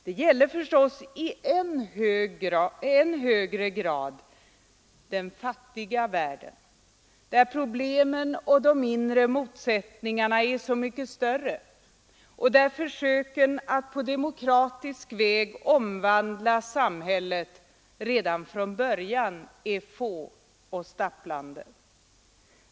Det gäller förstås i än högre grad i den fattiga världen, där problemen och de inre motsättningarna är så mycket större och där försöken att på demokratisk väg omvandla samhället redan från början är få och stapplande.